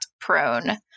prone